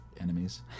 enemies